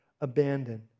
abandoned